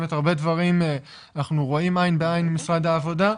הרבה דברים אנחנו רואים עין בעין עם משרד העבודה,